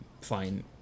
fine